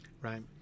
Right